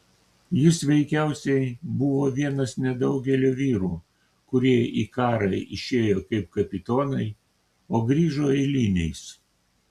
jis veikiausiai buvo vienas nedaugelio vyrų kurie į karą išėjo kaip kapitonai o grįžo eiliniais